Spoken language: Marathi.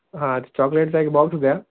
हा ते चॉकलेटचा एक बॉक्स द्या